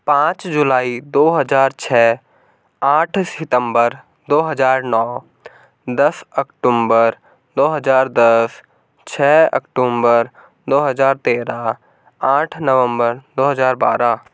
पाँच जुलाई दो हज़ार छः आठ सितंबर दो हज़ार नौ दस अक्टुम्बर दो हज़ार दस छः अक्टुम्बर दो हज़ार तेरह आठ नवंबर दो हज़ार बारह